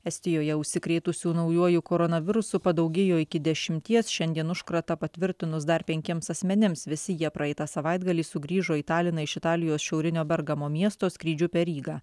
estijoje užsikrėtusių naujuoju koronavirusu padaugėjo iki dešimties šiandien užkratą patvirtinus dar penkiems asmenims visi jie praeitą savaitgalį sugrįžo į taliną iš italijos šiaurinio bergamo miesto skrydžiu per rygą